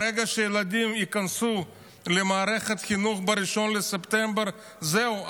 ברגע שהילדים ייכנסו למערכת החינוך ב-1 בספטמבר זהו,